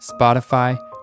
Spotify